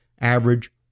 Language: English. Average